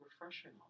refreshing